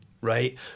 right